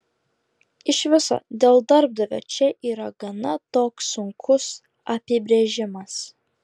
iš viso dėl darbdavio čia yra gana toks sunkus apibrėžimas